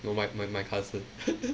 no my my my cousin hehe